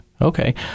Okay